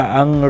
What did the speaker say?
ang